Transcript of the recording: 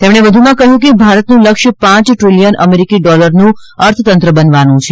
તેમણે વધુમાં કહ્યું કે ભારતનું લક્ષ્ય પાંચ ટ્રિલિયન અમેરિકી ડોલરનું અર્થતંત્ર બનવાનું છે